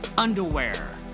underwear